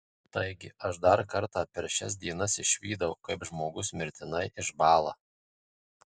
taigi aš dar kartą per šias dienas išvydau kaip žmogus mirtinai išbąla